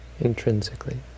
intrinsically